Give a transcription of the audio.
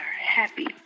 happy